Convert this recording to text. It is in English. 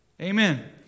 Amen